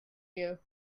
you